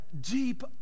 Deep